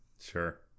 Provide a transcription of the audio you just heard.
Sure